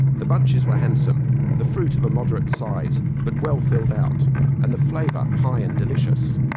the bunches were handsome, the fruit of a moderate size, but well filled out and the flavour high and delicious.